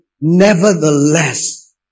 nevertheless